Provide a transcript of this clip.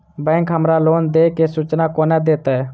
Bank हमरा loan देय केँ सूचना कोना देतय?